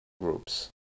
groups